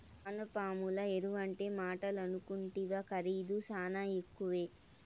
వానపాముల ఎరువంటే మాటలనుకుంటివా ఖరీదు శానా ఎక్కువే